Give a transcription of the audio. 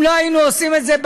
אם לא היינו עושים את זה,